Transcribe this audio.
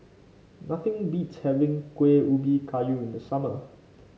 nothing beats having Kueh Ubi Kayu in the summer